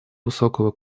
высокого